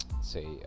say